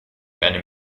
eine